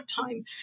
time